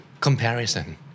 Comparison